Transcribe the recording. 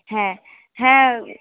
হ্যাঁ হ্যাঁ